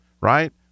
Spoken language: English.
right